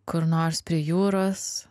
kur nors prie jūros